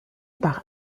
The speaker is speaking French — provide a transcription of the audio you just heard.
par